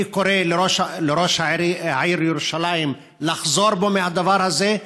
אני קורא לראש עיריית ירושלים לחזור בו מהדבר הזה.